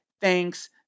Thanks